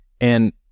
And-